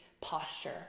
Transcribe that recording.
posture